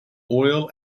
oil